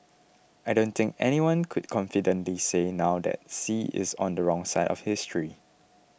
I don't think anyone could confidently say now that Xi is on the wrong side of history